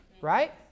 right